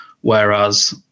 Whereas